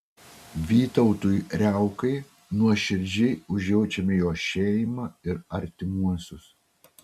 vytautui riaukai nuoširdžiai užjaučiame jo šeimą ir artimuosius